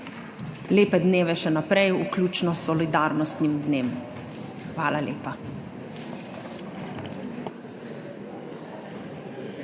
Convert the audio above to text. lepe dneve še naprej, vključno s solidarnostnim dnem. Hvala lepa.